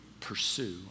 pursue